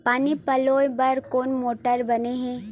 पानी पलोय बर कोन मोटर बने हे?